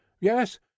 Yes